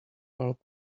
bulb